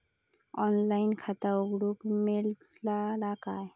Online खाता उघडूक मेलतला काय?